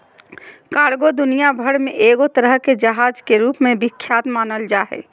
cargo दुनिया भर मे एगो तरह के जहाज के रूप मे विख्यात मानल जा हय